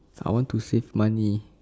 I want to save money